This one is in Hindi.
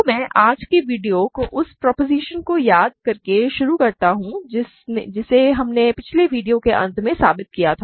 तो मैं आज के वीडियो को उस प्रोपोज़िशन को याद करके शुरू करता हूं जिसे हमने पिछले वीडियो के अंत में साबित किया था